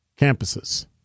campuses